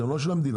הם לא של המדינה,